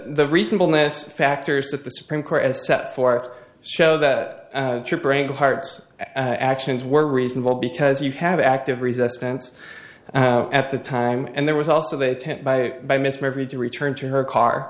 the reasonableness factors that the supreme court has set forth show that the heart's actions were reasonable because you have active resistance at the time and there was also the attempt by by miss mary to return to her car